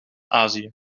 azië